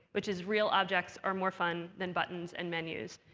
which is real objects are more fun than buttons and menus.